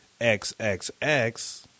XXX